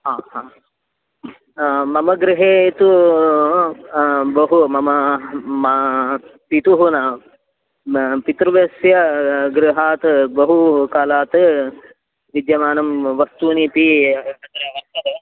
हा हा मम गृहे तु बहु मम पितुः न पितृव्यस्य गृहात् बहु कालात् विद्यमानानि वस्तूनि अपि तत्र वर्तन्ते